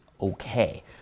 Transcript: okay